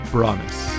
Promise